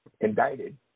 indicted